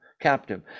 captive